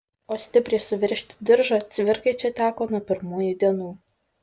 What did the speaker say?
o stipriai suveržti diržą cvirkai čia teko nuo pirmųjų dienų